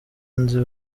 nzi